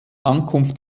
ankunft